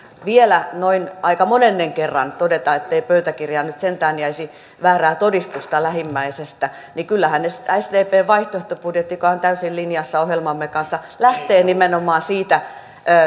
vielä noin aika monennen kerran todeta ettei pöytäkirjaan nyt sentään jäisi väärää todistusta lähimmäisestä kyllähän sdpn vaihtoehtobudjetti joka on täysin linjassa ohjelmamme kanssa lähtee nimenomaan siitä